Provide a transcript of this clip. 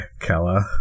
Kella